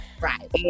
Right